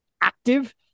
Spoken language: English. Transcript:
active